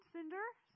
Cinder